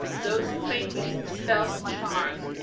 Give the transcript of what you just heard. those who make use of spells and charms,